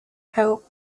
help